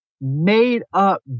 made-up